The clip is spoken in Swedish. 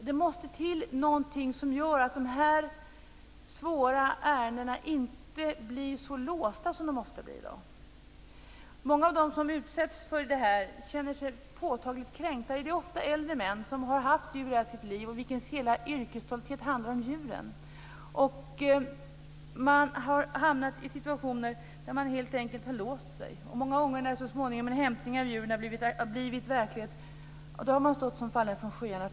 Det måste till någonting som gör att dessa svåra ärenden inte blir så låsta som de ofta blir i dag. Många av dem som utsätts för detta känner sig påtagligt kränkta. Det är ofta äldre män som har haft djur i hela sitt liv och vilkas hela yrkesstolthet handlar om djuren. Man har hamnat i situationer där man helt enkelt har låst sig. Många gånger, när en hämtning av djuren så småningom har blivit verklighet, har man stått som fallen från skyarna.